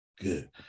Good